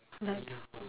like